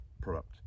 product